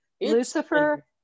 Lucifer